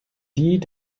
die